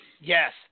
Yes